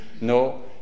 No